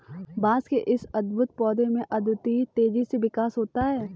बांस के इस अद्भुत पौधे में अद्वितीय तेजी से विकास होता है